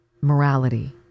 morality